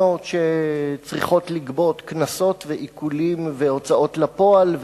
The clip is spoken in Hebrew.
שצריכות לגבות קנסות ועיקולים והוצאות לפועל,